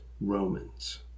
Romans